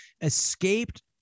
escaped